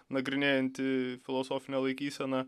nagrinėjanti filosofinė laikysena